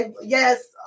yes